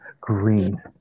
green